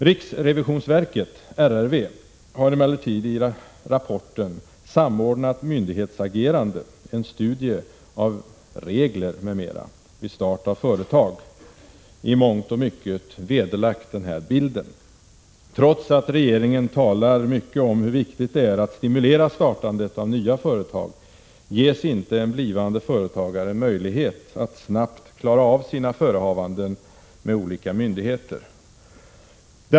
Riksrevisionsverket, RRV, har emellertid i rapporten ”Samordnat myndighetsagerande — En studie av regler m.m. vid start av företag” i mångt och mycket vederlagt denna bild. Trots att regeringen talar mycket om hur viktigt det är att stimulera startandet av nya företag ges inte en blivande företagare möjlighet att snabbt klara av sina förehavanden med olika myndigheter.